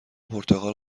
پرتقال